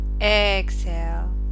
Exhale